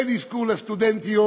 אין אזכור לסטודנטיות,